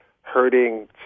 hurting